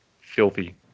filthy